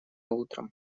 утром